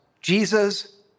Jesus